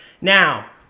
now